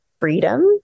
freedom